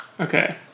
Okay